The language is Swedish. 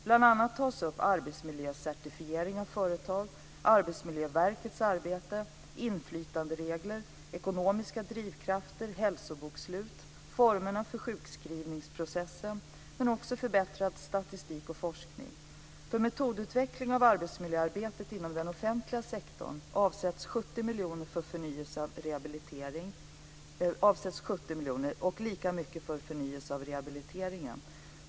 Bl.a. tas upp arbetsmiljöcertifiering av företag, Arbetsmiljöverkets arbete, inflytanderegler, ekonomiska drivkrafter, hälsobokslut, formerna för sjukskrivningsprocessen samt förbättrad statistik och forskning. För metodutveckling av arbetsmiljöarbetet inom den offentliga sektorn avsätts 70 miljoner och lika mycket för förnyelse av rehabiliteringsarbetet.